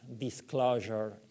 disclosure